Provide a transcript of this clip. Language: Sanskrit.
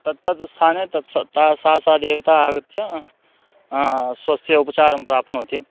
तत्तद् स्थाने तत् सा सा सा सा देवता आगत्य स्वस्य उपचारं प्राप्नोति